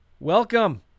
Welcome